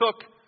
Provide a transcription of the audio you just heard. took